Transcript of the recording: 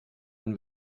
wenn